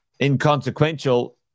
inconsequential